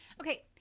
Okay